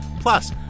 Plus